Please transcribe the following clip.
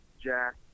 Jack